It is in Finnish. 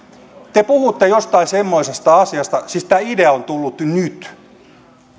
te puhutte jostain semmoisesta asiasta siis tämä idea on tullut nyt